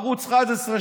שערוץ 11,